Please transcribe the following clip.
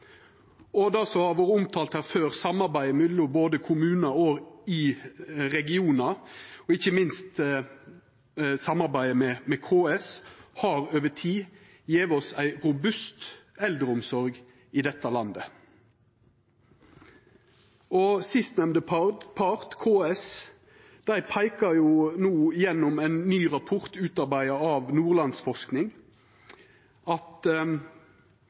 Det som har vore omtalt her før, samarbeidet mellom kommunar og regionar, og ikkje minst samarbeidet med KS, har over tid gjeve oss ei robust eldreomsorg i dette landet. Den sistnemnde parten, KS, peikar no i ein ny rapport som er utarbeidd av Nordlandsforskning, på at